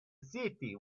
city